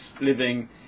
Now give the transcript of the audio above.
living